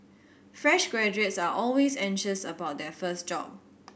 fresh graduates are always anxious about their first job